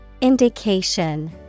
Indication